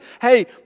Hey